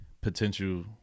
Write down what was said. potential